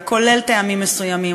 וכולל טעמים מסוימים,